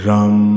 Ram